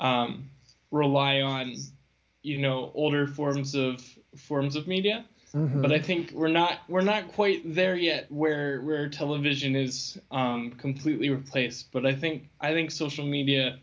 to rely on you know older forms of forms of media but i think we're not we're not quite there yet where television is completely replaced but i think i think social media